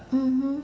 mmhmm